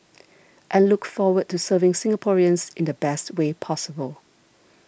and look forward to serving Singaporeans in the best way possible